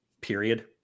period